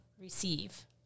receive